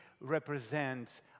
represents